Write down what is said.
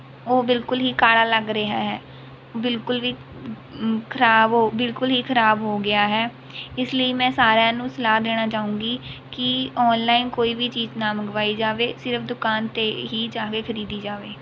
ਉਹ ਬਿਲਕੁਲ ਹੀ ਕਾਲਾ ਲੱਗ ਰਿਹਾ ਹੈ ਬਿਲਕੁਲ ਵੀ ਖਰਾਬ ਬਿਲਕੁਲ ਹੀ ਖਰਾਬ ਹੋ ਗਿਆ ਹੈ ਇਸ ਲਈ ਮੈਂ ਸਾਰਿਆਂ ਨੂੰ ਸਲਾਹ ਦੇਣਾ ਚਾਹਾਂਗੀ ਕਿ ਔਨਲਾਈਨ ਕੋਈ ਵੀ ਚੀਜ਼ ਨਾ ਮੰਗਵਾਈ ਜਾਵੇ ਸਿਰਫ਼ ਦੁਕਾਨ 'ਤੇ ਹੀ ਜਾ ਕੇ ਖਰੀਦੀ ਜਾਵੇ